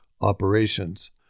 operations